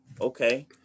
Okay